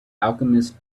alchemist